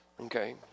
Okay